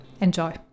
Enjoy